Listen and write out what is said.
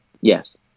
Yes